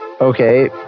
Okay